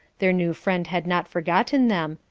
their new friend had not forgotten them,